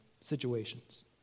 situations